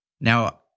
Now